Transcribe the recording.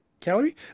calorie